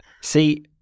See